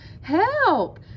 Help